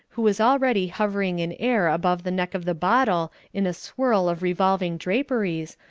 who was already hovering in air above the neck of the bottle in a swirl of revolving draperies,